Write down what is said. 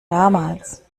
damals